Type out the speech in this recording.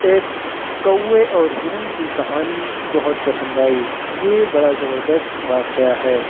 ایک کوے اور ہرن کی کہانی بہت پسند آئی یہ بڑا زبردست واقعہ ہے